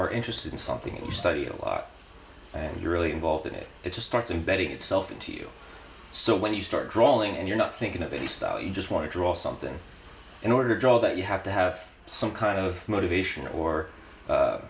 are interested in something you study it and you're really involved in it it starts embedding itself into you so when you start drawing and you're not thinking of any style you just want to draw something in order to draw that you have to have some kind of motivation or a